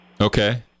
Okay